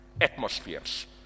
atmospheres